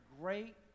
great